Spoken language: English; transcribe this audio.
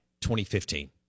2015